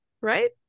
right